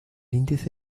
índice